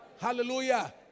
Hallelujah